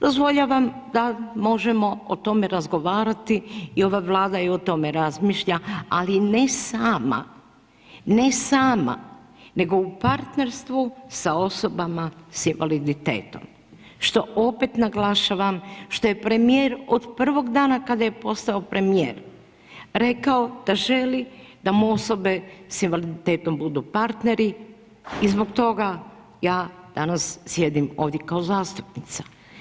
Dozvoljavam da možemo o tome razgovarati i ova Vlada i o tome razmišlja ali ne sama, ne sama nego u partnerstvu sa osobama sa invaliditetom, što opet naglašavam što je premijer od prvog dana kad je postao premijer rekao da želi da mu osobe sa invaliditetom budu partneri i zbog toga ja danas sjedim ovdje kao zastupnica.